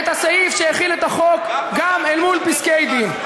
את הסעיף שהחיל את החוק גם אל מול פסקי-דין,